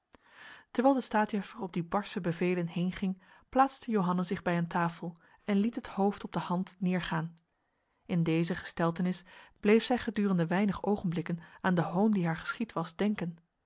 terwijl de staatjuffer op die barse bevelen heen ging plaatste johanna zich bij een tafel en liet het hoofd op de hand neergaan in deze gesteltenis bleef zij gedurende weinig ogenblikken aan de hoon die haar geschied was denken